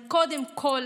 היא קודם כול